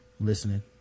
listening